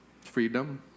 Freedom